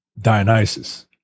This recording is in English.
Dionysus